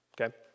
Okay